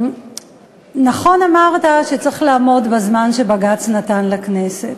נכון אמרת שצריך לעמוד בזמן שבג"ץ נתן לכנסת,